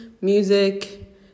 music